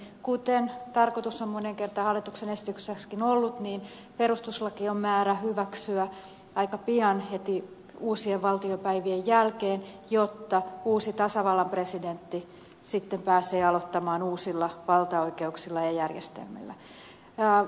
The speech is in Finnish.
kuten tarkoitus on moneen kertaan hallituksen esityksessäkin ollut niin perustuslaki on määrä hyväksyä aika pian heti uusien valtiopäivien jälkeen jotta uusi tasavallan presidentti sitten pääsee aloittamaan uusilla valtaoikeuksilla ja järjestelmällä